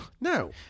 No